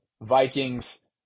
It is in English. Vikings